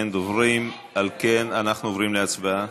אין דוברים, על כן אנחנו עוברים להצבעה.